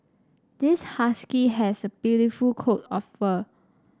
this husky has a beautiful coat of fur